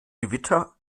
gewitter